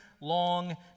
long